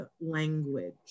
language